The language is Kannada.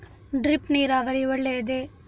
ಡ್ರಿಪ್ ನೀರಾವರಿ ಒಳ್ಳೆಯದೇ?